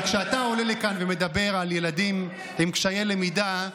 אבל כשאתה עולה לכאן ומדבר על ילדים עם קשיי למידה,